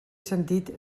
sentit